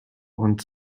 und